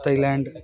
Thailand